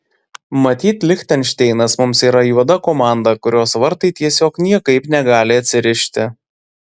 matyt lichtenšteinas mums yra juoda komanda kurios vartai tiesiog niekaip negali atsirišti